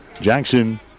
Jackson